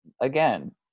again